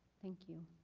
thank you.